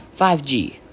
5G